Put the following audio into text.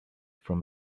from